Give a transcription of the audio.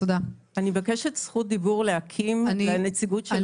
אני מבקשת זכות דיבור לאקי"ם, לנציגות של אקי"ם.